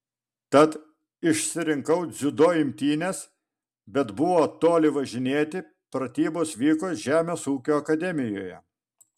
tad išsirinkau dziudo imtynes bet buvo toli važinėti pratybos vyko žemės ūkio akademijoje